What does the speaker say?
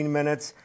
minutes